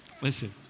Listen